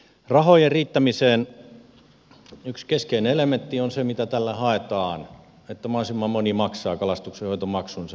rahojen riittämiseen yksi keskeinen elementti on se mitä tällä haetaan että mahdollisimman moni maksaa kalastuksenhoitomaksunsa